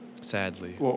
Sadly